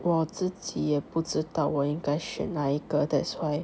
我自己也不知道我应该选哪一个 that's why